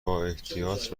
بااحتیاط